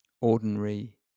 ordinary